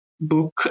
book